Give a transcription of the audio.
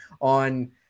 on